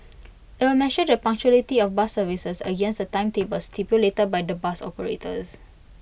IT will measure the punctuality of bus services against the timetables stipulated by the bus operators